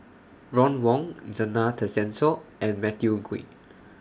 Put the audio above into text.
Ron Wong Zena Tessensohn and Matthew Ngui